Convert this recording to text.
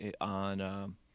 on